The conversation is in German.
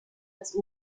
das